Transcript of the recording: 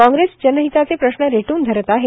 काँग्रेस जनहिताचे प्रश्न रेटून धरत आहे